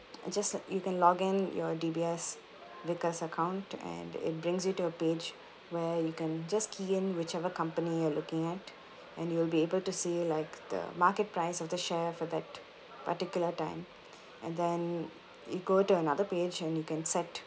just lik~ you can login your D_B_S vickers account and it brings you to a page where you can just key in whichever company you're looking at and you'll be able to see like the market price of the share for that particular time and then you go to another page and you can set